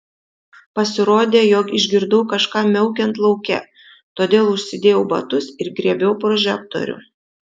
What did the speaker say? pasirodė jog išgirdau kažką miaukiant lauke todėl užsidėjau batus ir griebiau prožektorių